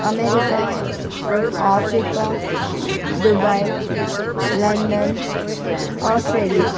America Africa Dubai London Australia